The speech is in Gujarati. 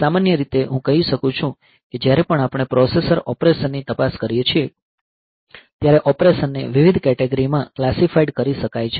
સામાન્ય રીતે હું કહી શકું છું કે જ્યારે પણ આપણે પ્રોસેસર ઓપરેશનની તપાસ કરીએ છીએ ત્યારે ઓપરેશનને વિવિધ કેટેગરી માં ક્લાસીફાઇડ કરી શકાય છે